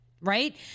right